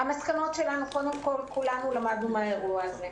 המסקנות שלנו: קודם כול כולנו למדנו מן האירוע הזה.